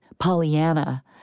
Pollyanna